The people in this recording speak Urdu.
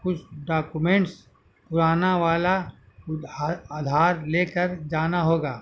کچھ ڈاکومینٹس پرانا والا آدھار لے کر جانا ہوگا